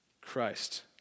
Christ